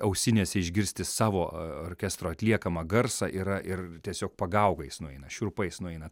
ausinėse išgirsti savo orkestro atliekamą garsą yra ir tiesio pagaugais nueina šiurpas nueina